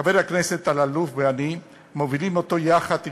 חבר הכנסת אלאלוף ואני מובילים אותה יחד עם